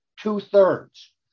two-thirds